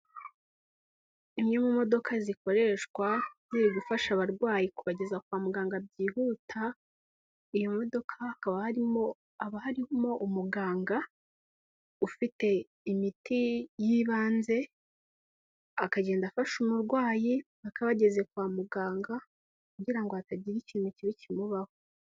Imwe mu modoka zikoreshwa ziri gufasha abarwayi kubageza kwa muganga byihuta, iyo modoka haba harimo umuganga ufite imiti y'ibanze akagenda afasha umurwayi aka bageze kwa muganga kugira ngo hatagira ikintu kibi kimubaho.